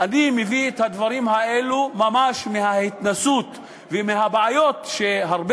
אני מביא את הדברים האלה ממש מההתנסות ומהבעיות שהרבה